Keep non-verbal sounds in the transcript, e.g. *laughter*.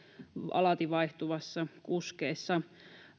alati vaihtuvissa kuskeissa *unintelligible*